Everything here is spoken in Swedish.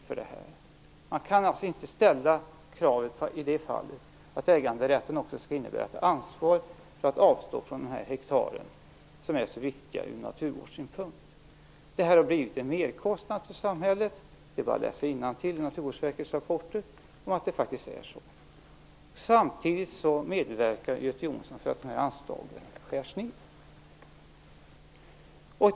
I det fallet kan man inte kräva att äganderätten skall innebära ett ansvar för att avstå från att avverka dessa få hektar som är så viktiga från naturvårdssynpunkt. Detta har blivit en merkostnad för samhället - det är bara att läsa innantill i Naturvårdsverkets rapporter. Samtidigt medverkar Göte Jonsson till att dessa anslag skärs ned.